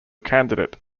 candidate